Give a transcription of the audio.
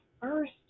first